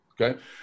okay